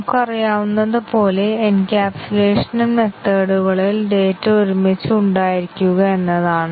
നമുക്കറിയാവുന്നതുപോലെ എൻക്യാപ്സുലേഷൻ മെത്തേഡുകളിൽ ഡാറ്റ ഒരുമിച്ച് ഉണ്ടായിരിക്കുക എന്നതാണ്